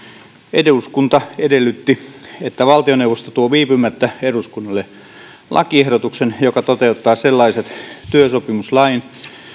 eduskunta edellytti että valtioneuvosto tuo viipymättä eduskunnalle lakiehdotuksen joka toteuttaa sellaiset työsopimuslain